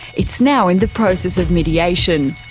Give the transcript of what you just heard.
it's now in the process of mediation.